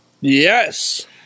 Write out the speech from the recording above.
Yes